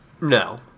No